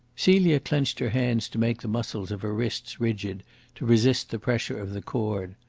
celia clenched her hands to make the muscles of her wrists rigid to resist the pressure of the cord.